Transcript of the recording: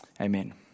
Amen